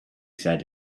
said